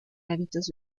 hábitos